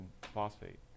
phosphate